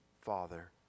Father